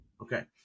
Okay